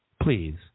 Please